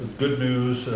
good news,